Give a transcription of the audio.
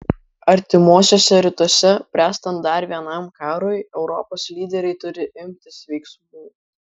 artimuosiuose rytuose bręstant dar vienam karui europos lyderiai turi imtis veiksmų